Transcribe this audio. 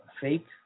fake